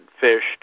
fished